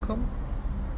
kommen